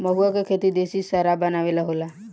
महुवा के खेती देशी शराब बनावे ला होला